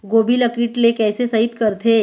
गोभी ल कीट ले कैसे सइत करथे?